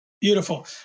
Beautiful